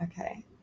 Okay